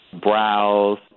browse